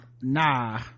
nah